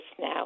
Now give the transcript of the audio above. now